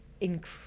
incredible